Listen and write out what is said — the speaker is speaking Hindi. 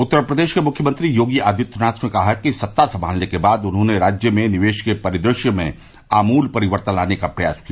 उत्तर प्रदेश के मुख्यमंत्री योगी आदित्यनाथ ने कहा कि सत्ता संभालने के बाद उन्होंने राज्य में निवेश के परिदृश्य में बहुत परिवर्तन लाने का प्रयास किया